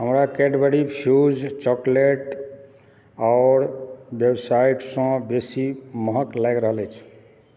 हमरा Cadbury Fuse chocolate आओर वेबसाईटसँ बेसी महग लागि रहल अछि